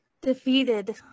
Defeated